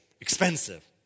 Expensive